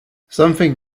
something